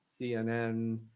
CNN